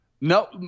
No